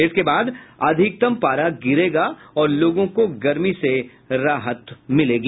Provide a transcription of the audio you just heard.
इसके बाद अधिकतम पारा गिरेगा और लोगों को गर्मी से राहत मिलेगी